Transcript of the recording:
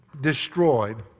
destroyed